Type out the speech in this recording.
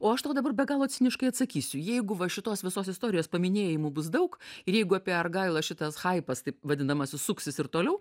o aš tau dabar be galo ciniškai atsakysiu jeigu va šitos visos istorijos paminėjimų bus daug ir jeigu apie argailą šitas haipas taip vadinamasis suksis ir toliau